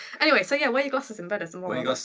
anyway, so yeah, wear your glasses in bed is the moral